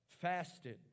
fasted